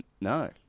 No